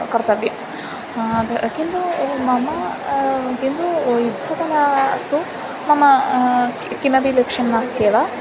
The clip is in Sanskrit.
कर्तव्यं किन्तु मम किन्तु युद्धकलासु मम किमपि लक्ष्यं नास्त्येव